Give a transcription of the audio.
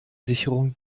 sicherung